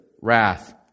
wrath